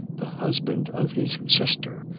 the husband of his sister,